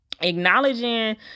acknowledging